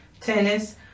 tennis